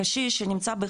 קשיש שנמצא,